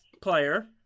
player